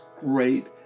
great